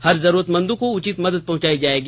हर जरूरतमंदों को उचित मदद पहँचायी जाएगी